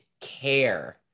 care